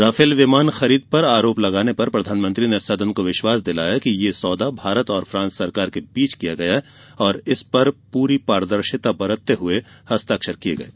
Rafale विमान खरीद पर आरोप लगाने पर प्रधानमंत्री ने सदन को विश्वास दिलाया कि यह सौदा भारत और फ्रांस सरकार के बीच किया गया और इस पर पूरी पारदर्शिता बरतते हुए हस्ताक्षर किये गये